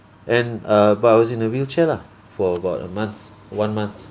and uh but I was in a wheelchair lah for about a month one month